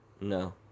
No